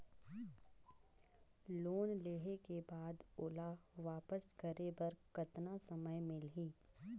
Loan लेहे के बाद ओला वापस करे बर कतना समय मिलही?